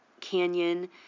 canyon